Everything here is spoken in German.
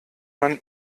man